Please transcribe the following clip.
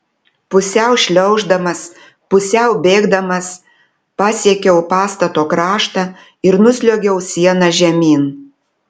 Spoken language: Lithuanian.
pusiau šliauždamas pusiau bėgdamas pasiekiau pastato kraštą ir nusliuogiau siena žemyn